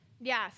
yes